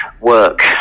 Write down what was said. work